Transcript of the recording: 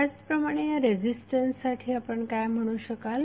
त्याचप्रमाणे या रेझिस्टन्ससाठी आपण काय म्हणू शकाल